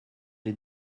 les